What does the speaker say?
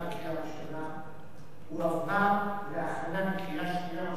והועברה להכנה לקריאה שנייה ושלישית בוועדת החוקה,